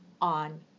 on